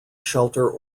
shelter